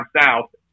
south